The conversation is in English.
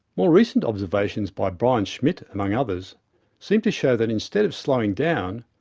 more recent observations by brian schmidt among others seem to show that instead of slowing down,